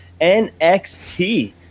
nxt